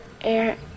air